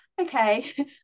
okay